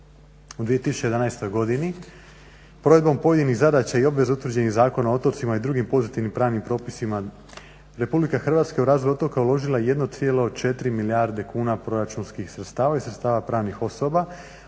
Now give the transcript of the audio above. U 2011.godini provedbom pojedinih zadaća i obveza utvrđenih zakona o otocima i drugim pozitivnim pravnim propisima RH je u razvoj otoka uložila 1,4 milijarde kuna proračunskih sredstava i sredstava pravnih osoba